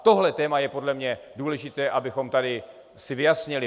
Tohle téma je podle mě důležité, abychom si tady vyjasnili.